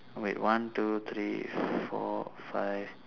wait one two three four five